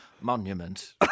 monument